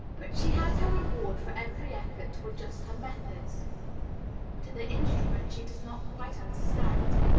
but she has her reward for every effort to adjust her methods to the instrument she does not quite understand.